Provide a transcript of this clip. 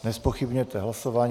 Nezpochybňujete hlasování.